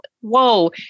Whoa